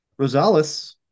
Rosales